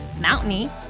mountainy